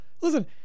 Listen